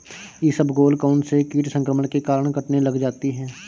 इसबगोल कौनसे कीट संक्रमण के कारण कटने लग जाती है?